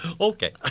okay